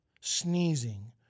sneezing